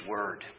Word